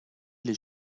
les